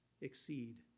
exceed